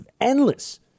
endless